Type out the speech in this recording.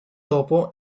dopo